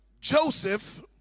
Joseph